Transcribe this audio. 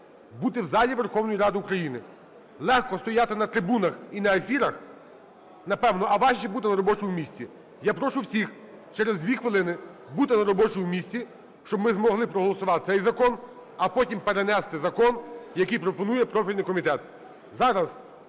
бути в залі Верховної Ради України. Легко стояти на трибунах і на ефірах, напевно, а важче бути на робочому місці. Я прошу всіх через дві хвилини бути на робочому місці, щоб ми змогли проголосувати цей закон, а потім перенести закон, який пропонує профільний комітет.